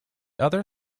other